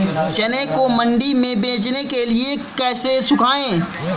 चने को मंडी में बेचने के लिए कैसे सुखाएँ?